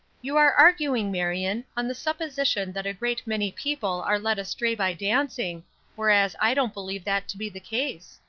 you are arguing, marion, on the supposition that a great many people are led astray by dancing whereas i don't believe that to be the case.